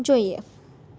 જોઈએ